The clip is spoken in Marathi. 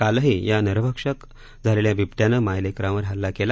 कालही या नरभक्षक झालेल्या बिबट्यानं माय लेकरावर हल्ला केला